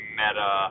meta